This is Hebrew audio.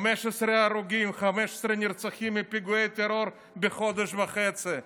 15 הרוגים, 15 נרצחים מפיגועי טרור בחודש וחצי.